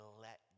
let